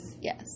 Yes